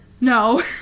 no